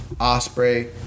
Osprey